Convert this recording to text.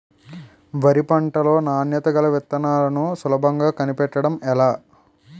వరి పంట లో నాణ్యత గల విత్తనాలను సులభంగా కనిపెట్టడం ఎలా?